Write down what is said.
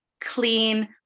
clean